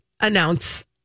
announce